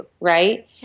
Right